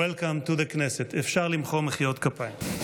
אפשר למחוא מחיאות כפיים.